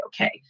okay